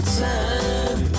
time